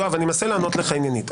יואב, אני מנסה לענות לך עניינית.